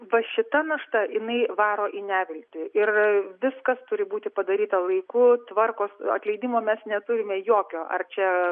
va šita našta jinai varo į neviltį ir viskas turi būti padaryta laiku tvarkos atleidimo mes neturime jokio ar čia